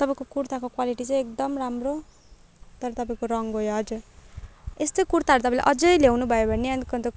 तपाईँको कुर्ताको क्वालिटी चाहिँ एकदम राम्रो तर तपाईँको रङ गयो हजुर यस्तै कुर्ताहरू तपाईँले अझै ल्याउनु भयो भने अलिक अन्त